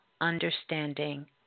understanding